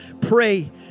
pray